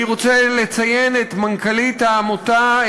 אני רוצה לציין את מנכ"לית העמותה,